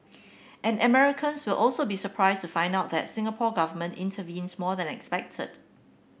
and Americans will also be surprised to find out that Singapore Government intervenes more than expected